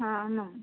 ହଁ